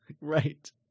right